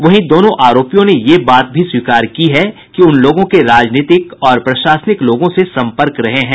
वहीं दोनों आरोपियों ने ये बात भी स्वीकार की है कि उनलोगों के राजनीतिक और प्रशासनिक लोगों से संपर्क रहे हैं